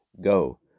Go